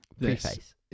Preface